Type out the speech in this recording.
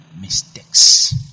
mistakes